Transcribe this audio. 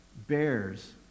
bears